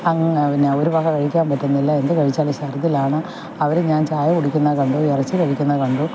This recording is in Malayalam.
അങ്ങ് പിന്നെ ഒരു വക കഴിക്കാൻ പറ്റുന്നില്ല എന്ത് കഴിച്ചാലും ഛർദ്ദിലാണ് അവർ ഞാൻ ചായ കുടിക്കുന്നത് കണ്ടു ഇറച്ചി കഴിക്കുന്നത് കണ്ടു